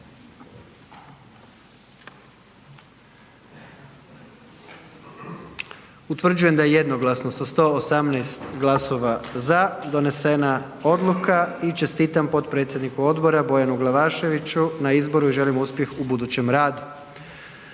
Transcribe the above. Utvrđujem da je jednoglasno sa 118 glasova za donesena odluka i čestitam potpredsjedniku odbora Bojanu Glavaševiću na izboru i želim mu uspjeh u budućem radu.